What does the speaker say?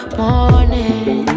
morning